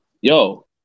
Yo